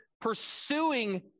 pursuing